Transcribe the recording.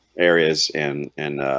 areas and and